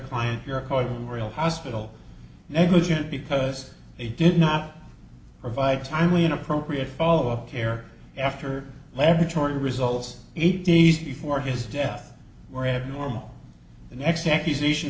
client your car the real hospital negligent because they did not provide timely an appropriate follow up care after laboratory results eight days before his death were abnormal the next accusation